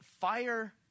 fire